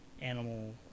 animal